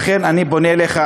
לכן אני פונה אליך.